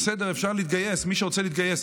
בסדר, אפשר להתגייס, מי שרוצה להתגייס.